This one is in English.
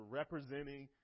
representing